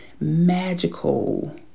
magical